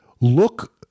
look